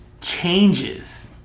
changes